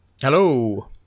Hello